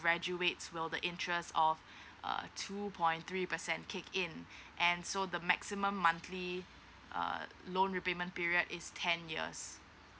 graduate will the interest of uh two point three percent kick in and so the maximum monthly uh loan repayment period is ten years